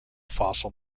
fossil